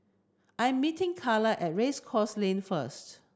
I meeting Cayla at Race Course Lane first